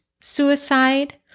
suicide